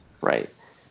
Right